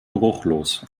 geruchlos